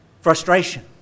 Frustration